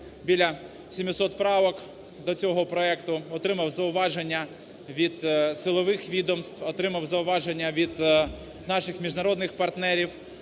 біля 700 правок до цього проекту, отримав зауваження від силових відомств, отримав зауваження від наших міжнародних партнерів.